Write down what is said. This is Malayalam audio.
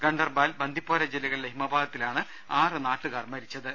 ഗണ്ടർബാൽ ബന്ദിപ്പോര ജില്ലകളിലെ ഹിമപാതത്തിലാണ് ആറ് നാട്ടുകാർ മരിച്ചത്